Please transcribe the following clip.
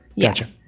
Gotcha